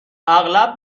اغلب